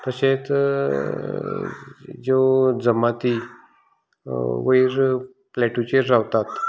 तशेंच ज्यो जमाती वयर प्लेटू चेर रावतात